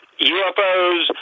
UFOs